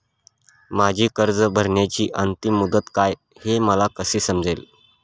माझी कर्ज भरण्याची अंतिम मुदत काय, हे मला कसे समजेल?